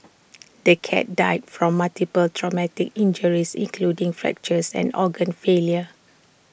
the cat died from multiple traumatic injuries including fractures and organ failure